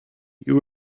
you